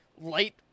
light